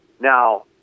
Now